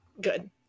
Good